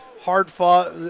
Hard-fought